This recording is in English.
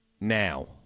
now